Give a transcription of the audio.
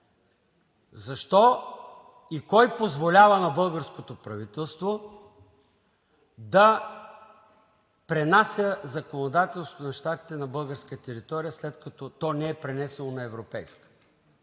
защо и кой позволява на българското правителство да пренася законодателството на Щатите на българска територия, след като то не е пренесено на европейска?